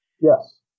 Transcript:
Yes